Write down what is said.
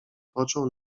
począł